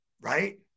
Right